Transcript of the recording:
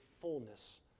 fullness